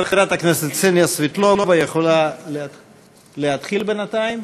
חברת הכנסת קסניה סבטלובה יכולה להתחיל בינתיים.